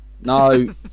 no